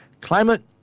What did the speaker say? climate